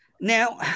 Now